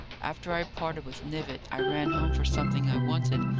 after i parted with knivett, i ran home for something i wanted,